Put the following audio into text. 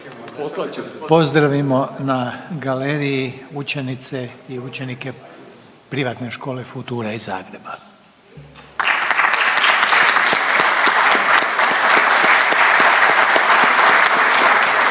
pozdravimo na galeriji učenice i učenike Privatne škole Futura iz